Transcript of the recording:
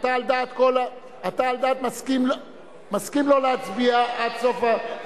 אתה מסכים לא להצביע עד סוף,